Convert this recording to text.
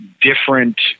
different